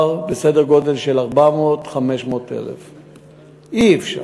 סדר-גודל של 400,000 500,000. אי-אפשר.